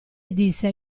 disse